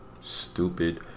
stupid